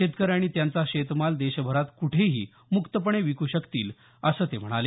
शेतकरी त्यांचा शेतमाल देशभरात कुठेही मुक्तपणे विकू शकतील असं ते म्हणाले